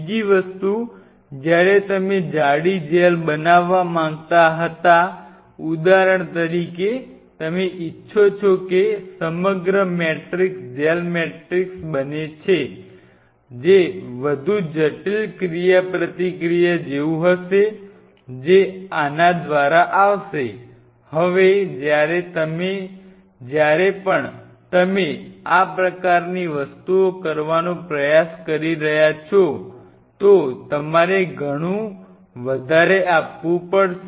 બીજી વસ્તુ જ્યારે તમે જાડી જેલ બનાવવા માંગતા હતા ઉદાહરણ તરીકે તમે ઇચ્છો છો કે તે સમગ્ર મેટ્રિક્સ જેલ મેટ્રિક્સ બને જે વધુ જટિલ ક્રિયાપ્રતિક્રિયા જેવું હશે જે આના દ્વારા આવશે હવે જ્યારે પણ તમે આ પ્રકારની વસ્તુઓ કરવાનો પ્રયાસ કરી રહ્યા છો તો તમારે ઘણું વધારે આપવું પડશે